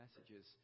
messages